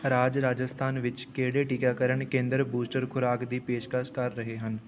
ਰਾਜ ਰਾਜਸਥਾਨ ਵਿੱਚ ਕਿਹੜੇ ਟੀਕਾਕਰਨ ਕੇਂਦਰ ਬੂਸਟਰ ਖੁਰਾਕ ਦੀ ਪੇਸ਼ਕਸ਼ ਕਰ ਰਹੇ ਹਨ